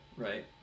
right